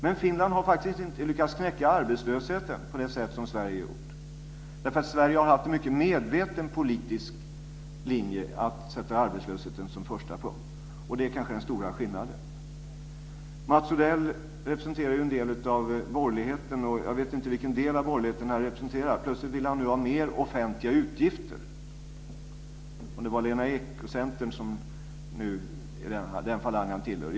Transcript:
Men Finland har faktiskt inte lyckats knäcka arbetslösheten på det sätt som Sverige gjort. Sverige har haft en mycket medveten politisk linje att sätta arbetslösheten som första punkt. Det är kanske den stora skillnaden. Mats Odell representerar ju en del av borgerligheten, men jag vet inte vilken del av borgerligheten han representerar. Nu vill han plötsligt ha mer offentliga utgifter. Det är kanske Lena Ek och Centern som är den falang han tillhör.